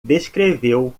descreveu